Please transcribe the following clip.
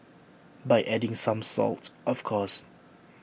by adding some salt of course